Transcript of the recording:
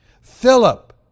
Philip